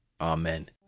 Amen